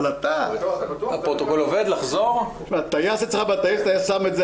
אבל אתה --- אם טייס אצלך בטייסת היה שם את זה,